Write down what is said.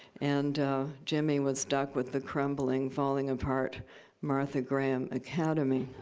and jimmy was stuck with the crumbling, falling-apart martha graham academy,